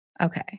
Okay